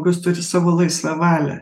kas turi savo laisvą valią